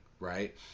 Right